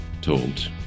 told